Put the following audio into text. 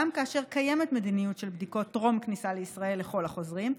גם כאשר קיימת מדיניות של בדיקות טרום כניסה לישראל לכל החוזרים,